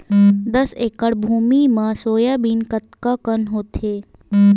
दस एकड़ भुमि म सोयाबीन कतका कन होथे?